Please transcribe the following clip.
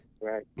Right